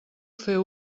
fer